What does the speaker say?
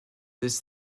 this